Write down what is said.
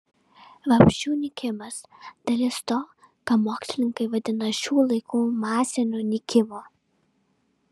vabzdžių nykimas dalis to ką mokslininkai vadina šių laikų masiniu nykimu